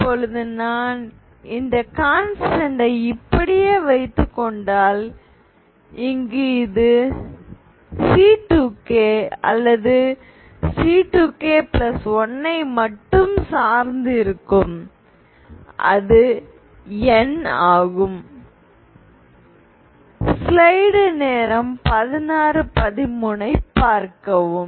இப்பொழுது நான் இந்த கான்ஸ்டன்ட் ஐ இப்படியே வைத்துக்கொண்டால் இங்கு இது C2k அல்லது C2k1 ஐ மட்டும் சார்ந்து இருக்கும் அது n ஆகும்